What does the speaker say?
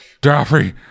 Daffy